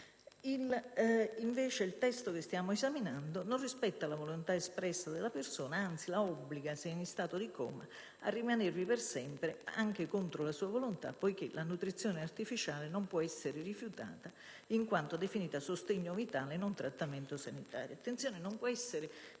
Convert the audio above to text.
il testo che stiamo esaminando non rispetta la volontà espressa dalla persona anzi la obbliga, se in stato di coma, a rimanervi per sempre anche contro la sua volontà, poiché la nutrizione artificiale non può essere rifiutata, in quanto definita sostegno vitale e non trattamento sanitario.